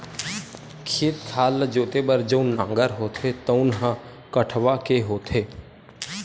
खेत खार ल जोते बर जउन नांगर होथे तउन ह कठवा के होथे